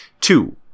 Two